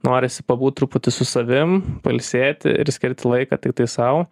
norisi pabūt truputį su savim pailsėti ir skirti laiką tiktai sau